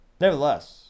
Nevertheless